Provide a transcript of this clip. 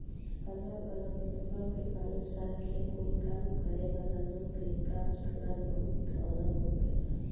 अलग अलग जगह के अनुसार खेत में काम करे वाला लोग के काम थोड़ा बहुत अलग होखेला